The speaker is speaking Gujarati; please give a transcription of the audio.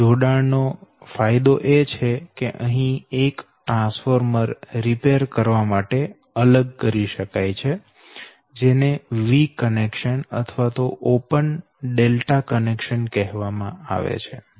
આ જોડાણ નો ફાયદો એ છે કે અહી એક ટ્રાન્સફોર્મર રીપેર કરવા માટે અલગ કરી શકાય છે જેને વી જોડાણ અથવા ઓપન ડેલ્ટા જોડાણ કહેવામાં આવે છે